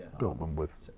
built them with,